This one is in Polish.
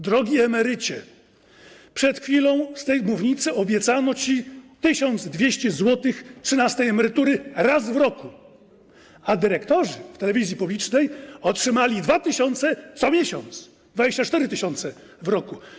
Drogi emerycie, przed chwilą z tej mównicy obiecano ci 1200 zł trzynastej emerytury raz w roku, a dyrektorzy w telewizji publicznej otrzymali 2 tys. co miesiąc, 24 tys. w roku.